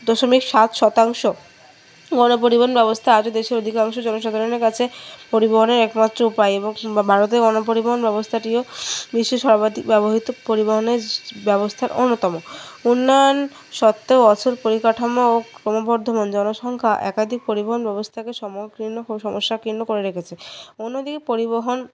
দশমিক সাত শতাংশ পরিবহন ব্যবস্থা আজও দেশের অধিকাংশ জনসাধারণের কাছে পরিবহনের একমাত্র উপায় এবং ভারতে গনপরিবহন ব্যবস্থাটিও বিশ্বের সর্বাধিক ব্যবহৃত পরিবহনের ব্যবস্থার অন্যতম উন্নয়ন সত্ত্বেও অসল পরিকাঠামো ক্রমবর্ধমান জনসংখ্যা একাধিক পরিবহন ব্যবস্থাকে সমস্যাকীর্ণ করে রেখেছে অন্য দিকে পরিবহন